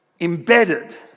embedded